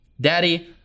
Daddy